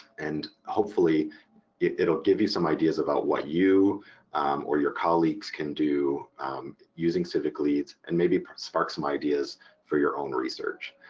and hopefully it'll give you some ideas about what you or your colleagues can do using civicleads and maybe spark some ideas for your own research.